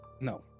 No